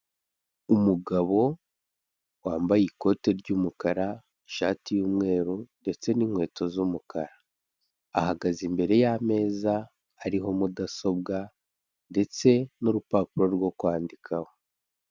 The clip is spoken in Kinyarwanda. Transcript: Umugabo wambaye ikote ry'umukara, ishati y'umweru ndetse n'inkweto z'umukara. Ahagaze imbere y'ameza hariho mudasobwa ndetse n'urupapuro rwo kwandikaho.